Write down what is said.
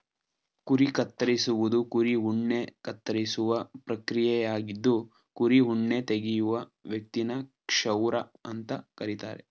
ಕುರಿ ಕತ್ತರಿಸುವುದು ಕುರಿ ಉಣ್ಣೆ ಕತ್ತರಿಸುವ ಪ್ರಕ್ರಿಯೆಯಾಗಿದ್ದು ಕುರಿ ಉಣ್ಣೆ ತೆಗೆಯುವ ವ್ಯಕ್ತಿನ ಕ್ಷೌರ ಅಂತ ಕರೀತಾರೆ